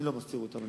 אני לא מסתיר אותם,